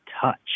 Touch